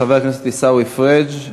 חבר הכנסת עיסאווי פריג',